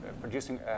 producing